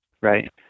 right